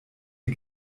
die